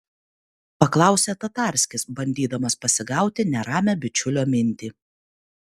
paklausė tatarskis bandydamas pasigauti neramią bičiulio mintį